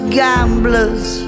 gamblers